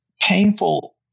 painful